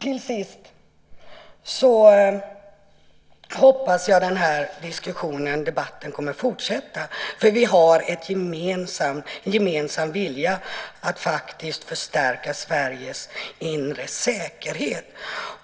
Till sist hoppas jag att den här debatten kommer att fortsätta, för vi har en gemensam vilja att förstärka Sveriges inre säkerhet.